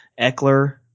Eckler